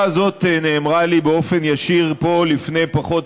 הזאת נאמרה לי באופן ישיר פה לפני פחות